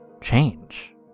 Change